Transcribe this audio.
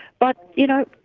but, you know,